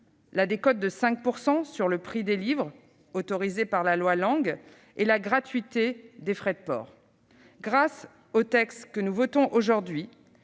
la décote de 5 % sur le prix des livres, autorisée par la loi Lang, et la gratuité des frais de port. Grâce au texte que nous votons aujourd'hui,